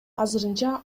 азырынча